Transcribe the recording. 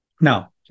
Now